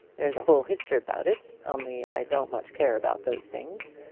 there's a whole history about it, only i don't much care about those things.